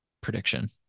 prediction